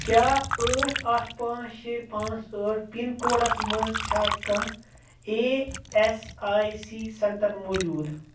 کیٛاہ ٲٹھ اَکھ پانٛژھ شےٚ پانٛژھ ٲٹھ پِن کوڈس مَنٛز چھا کانٛہہ E S I C centre موٗجوٗد